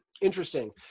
Interesting